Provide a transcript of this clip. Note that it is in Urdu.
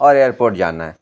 اور ائیر پورٹ جانا ہے